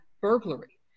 burglary